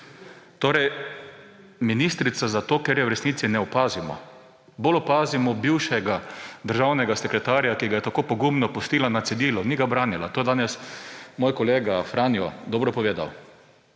Torej ministrica zato, ker je v resnici ne opazimo, bolj opazimo bivšega državnega sekretarja, ki ga je tako pogumno pustila na cedilu, ni ga branila. To je danes moj kolega Franjo dobro povedal.